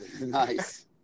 nice